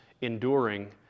enduring